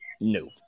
No